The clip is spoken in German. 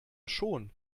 schon